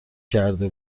کرده